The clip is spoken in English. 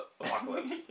Apocalypse